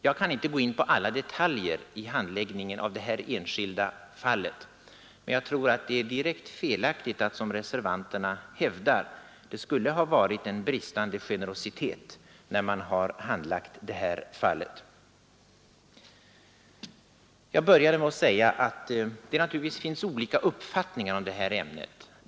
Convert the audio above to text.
Jag kan inte gå in på alla detaljer i handläggningen av det här enskilda fallet, men jag tror att det är direkt felaktigt att det — som reservanterna hävdar — skulle ha varit en bristande generositet vid handläggningen av detta ärende. Jag började med att säga att det naturligtvis finns olika uppfattningar om det här ämnet.